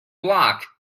block